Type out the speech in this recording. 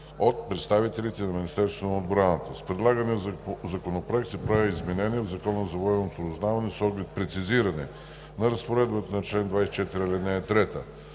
от представителите на Министерството на отбраната. С предлагания законопроект се прави изменение в Закона за военното разузнаване с оглед прецизиране на разпоредбата на чл. 24, ал. 3.